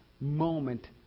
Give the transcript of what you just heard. moment